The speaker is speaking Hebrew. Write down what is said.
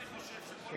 אני חושב שכל,